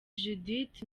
judith